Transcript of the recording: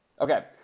Okay